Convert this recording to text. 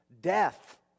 Death